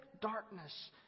darkness